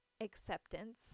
acceptance